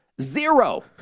Zero